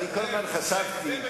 כל הזמן חשבתי,